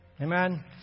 Amen